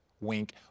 wink